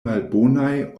malbonaj